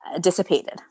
dissipated